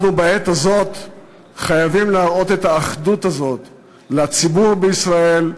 אנחנו בעת הזאת חייבים להראות את האחדות הזאת לציבור בישראל,